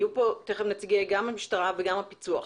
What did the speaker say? יהיו פה גם נציגי המשטרה וגם הפיצו"ח.